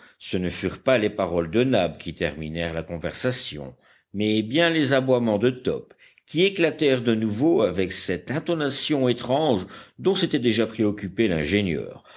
ce ne furent pas les paroles de nab qui terminèrent la conversation mais bien les aboiements de top qui éclatèrent de nouveau avec cette intonation étrange dont s'était déjà préoccupé l'ingénieur